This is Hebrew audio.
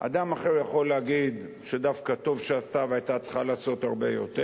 אדם אחר יכול להגיד שדווקא טוב שעשתה והיתה צריכה לעשות הרבה יותר,